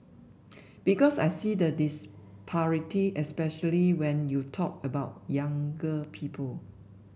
because I see the disparity especially when you talk about younger people